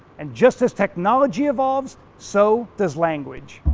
and just as technology evolves, so does language.